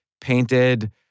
painted